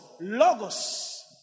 Logos